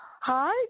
Hi